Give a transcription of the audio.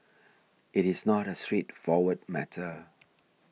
it is not a straightforward matter